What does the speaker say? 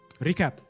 Recap